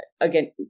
again